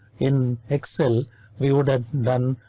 in excel we would have done.